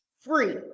free